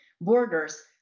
borders